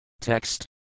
TEXT